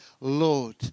Lord